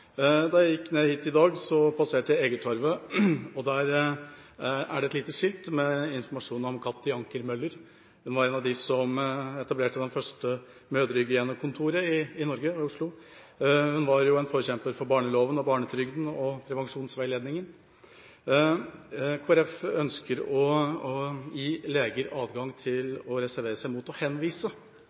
Da jeg gikk ned hit i dag, passerte jeg Egertorget. Der er det et lite skilt med informasjon om Katti Anker Møller. Hun var en av dem som etablerte det første mødrehygienekontoret i Norge, i Oslo. Hun var en forkjemper for barneloven, barnetrygden og prevensjonsveiledningen. Kristelig Folkeparti ønsker å gi leger adgang til å reservere seg mot å henvise.